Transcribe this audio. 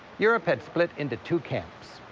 europe had split into two camps.